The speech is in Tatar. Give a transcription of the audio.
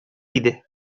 иде